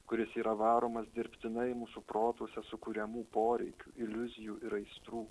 kuris yra varomas dirbtinai mūsų protuose sukuriamų poreikių iliuzijų ir aistrų